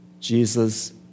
Jesus